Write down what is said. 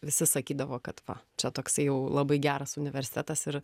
visi sakydavo kad va čia toksai jau labai geras universitetas ir